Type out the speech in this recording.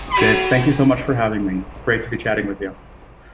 dave, thank you so much for having me. it's great to be chatting with you.